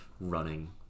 running